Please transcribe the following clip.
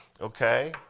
Okay